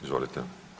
Izvolite.